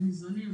עם איזונים,